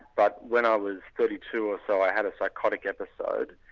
but when i was thirty two or so, i had a psychotic episode,